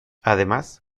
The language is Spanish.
además